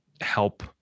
help